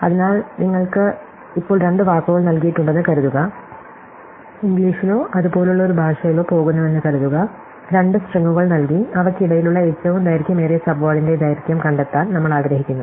അതിനാൽ നമുക്ക് ഇപ്പോൾ രണ്ട് വാക്കുകൾ നൽകിയിട്ടുണ്ടെന്ന് കരുതുക ഇംഗ്ലീഷിലോ അതുപോലുള്ള ഒരു ഭാഷയിലോ പോകുന്നുവെന്ന് കരുതുക രണ്ട് സ്ട്രിംഗുകൾ നൽകി അവയ്ക്കിടയിലുള്ള ഏറ്റവും ദൈർഘ്യമേറിയ സബ്വേഡിന്റെ ദൈർഘ്യം കണ്ടെത്താൻ നമ്മൾ ആഗ്രഹിക്കുന്നു